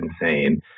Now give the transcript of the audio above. insane